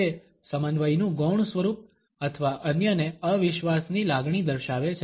તે સમન્વયનું ગૌણ સ્વરૂપ અથવા અન્યને અવિશ્વાસની લાગણી દર્શાવે છે